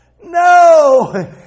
No